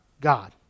God